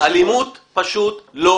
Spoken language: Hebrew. אלימות פשוט לא כביל.